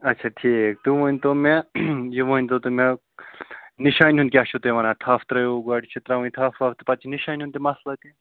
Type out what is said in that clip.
اچھا ٹھیٖک تُہۍ ؤنۍتو مےٚ یہِ ؤنۍتو تُہۍ مےٚ نِشانہِ ہُنٛد کیٛاہ چھُو تُہۍ وَنان تھَپھ ترٛٲیوٕ گۄڈٕ چھِ ترٛاوٕنۍ تھَپھ وَپھ تہٕ پَتہٕ نِشانہِ ہُنٛد تہِ مَسلہٕ تہِ